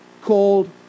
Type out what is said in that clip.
called